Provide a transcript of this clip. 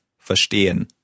verstehen